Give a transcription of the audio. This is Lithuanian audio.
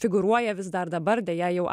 figūruoja vis dar dabar deja jau